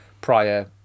prior